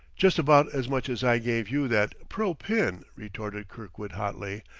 just about as much as i gave you that pearl pin, retorted kirkwood hotly.